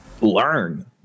learn